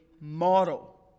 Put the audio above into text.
model